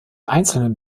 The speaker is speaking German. einzelnen